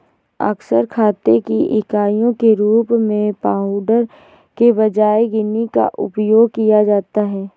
अक्सर खाते की इकाइयों के रूप में पाउंड के बजाय गिनी का उपयोग किया जाता है